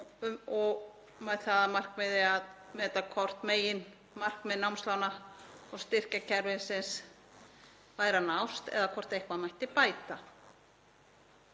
með það að markmiði að meta hvort meginmarkmið námslána- og styrkjakerfisins væru að nást eða hvort eitthvað mætti bæta.